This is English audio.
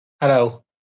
Hello